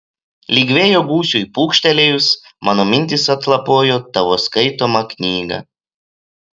lyg vėjo gūsiui pūkštelėjus mano mintys atlapojo tavo skaitomą knygą